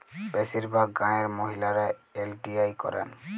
বেশিরভাগ গাঁয়ের মহিলারা এল.টি.আই করেন